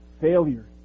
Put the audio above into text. failure